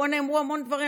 פה נאמרו המון דברים,